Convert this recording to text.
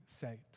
saved